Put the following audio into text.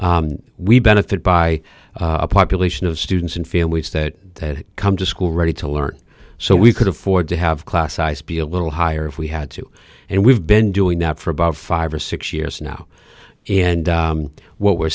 we benefit by a population of students and families that come to school ready to learn so we could afford to have class size be a little higher if we had to and we've been doing that for about five or six years now and what we're